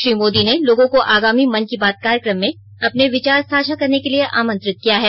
श्री मोदी ने लोगों को आगामी मन की बात कार्यक्रम में अपने विचार साझा करने के लिए आमंत्रित किया है